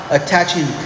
attaching